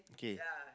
K